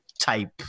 type